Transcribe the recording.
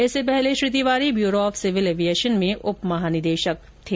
इससे पहले Shri Tiwari bureau of civil aviation में उप महानिदेशक थे